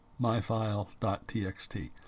myfile.txt